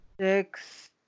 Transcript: six